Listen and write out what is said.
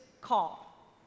call